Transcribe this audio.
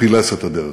פילס את הדרך.